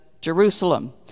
Jerusalem